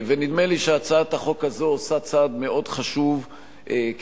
ונדמה לי שהצעת החוק הזו עושה צעד מאוד חשוב כדי